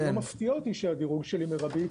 זה לא מפתיע אותי שהדירוג שלי מרבי,